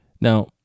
Now